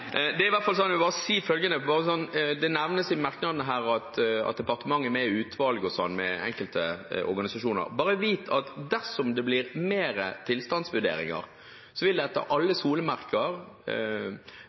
Det er i hvert fall sånn, og jeg vil bare si følgende: Det nevnes i merknadene at departementet er med i utvalg med enkelte organisasjoner. Bare vit at dersom det blir flere tilstandsvurderinger, vil